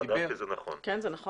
בדקתי, זה נכון.